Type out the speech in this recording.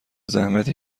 زحمتی